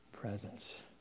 presence